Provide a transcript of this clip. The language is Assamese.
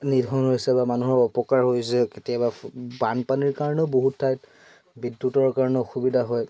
নিধন হৈছে বা মানুহৰ অপকাৰ হৈছে কেতিয়াবা বানপানীৰ কাৰণেও বহুত ঠাইত বিদ্যুতৰ কাৰণে অসুবিধা হয়